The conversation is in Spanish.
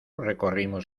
recorrimos